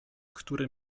który